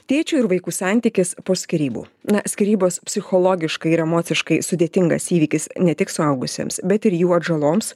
tėčio ir vaikų santykis po skyrybų na skyrybos psichologiškai ir emociškai sudėtingas įvykis ne tik suaugusiems bet ir jų atžaloms